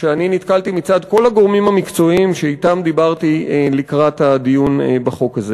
שנתקלתי בה מצד כל הגורמים המקצועיים שאתם דיברתי לקראת הדיון בחוק הזה.